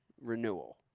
renewal